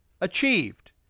achieved